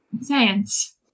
science